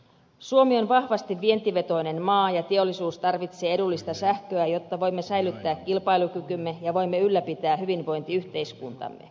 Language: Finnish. suomi on vahvasti vientivetoinen maa ja teollisuus tarvitsee edullista sähköä jotta voimme säilyttää kilpailukykymme ja voimme ylläpitää hyvinvointiyhteiskuntamme